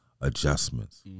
adjustments